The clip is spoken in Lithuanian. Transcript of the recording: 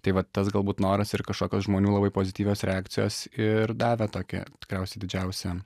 tai va tas galbūt noras ir kažkokios žmonių labai pozityvios reakcijos ir davė tokį tikriausiai didžiausią